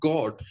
God